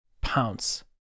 pounce